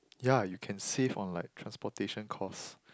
yeah you can save on like transportation cost